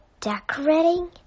decorating